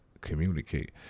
communicate